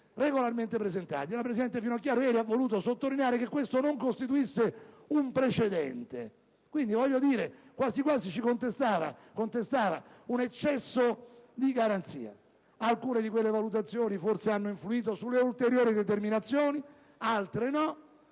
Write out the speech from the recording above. regolarmente presentati. La presidente Finocchiaro ha voluto ieri sottolineare come questo non costituisse un precedente, quindi quasi quasi ci contestava un eccesso di garanzia. Alcune di quelle valutazioni hanno forse influito sulle ulteriori determinazioni, altre no.